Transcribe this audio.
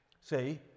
see